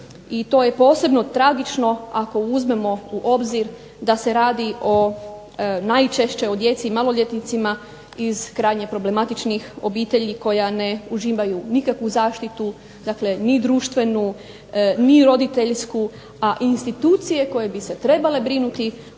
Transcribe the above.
i to je posebno tragično ako uzmemo u obzir da se radi o najčešće o djeci maloljetnicima iz krajnje problematičnih obitelji koja ne uživaju nikakvu zaštitu ni društvenu, ni roditeljsku, a institucije koje bi se trebale brinuti